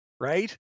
right